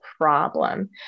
problem